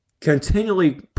continually